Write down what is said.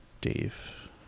Dave